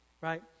right